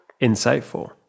Insightful